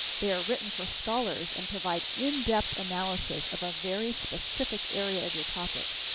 they are written for scholars and provide in-depth analysis of a very specific area of your topic.